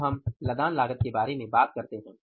अब हम लदान लागत के बारे में बात करते हैं